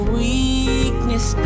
weakness